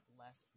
less